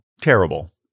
terrible